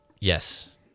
Yes